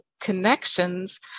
connections